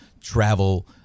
travel